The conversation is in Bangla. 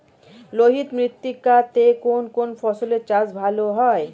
লোহিত মৃত্তিকা তে কোন কোন ফসলের চাষ ভালো হয়?